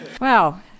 Wow